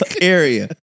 area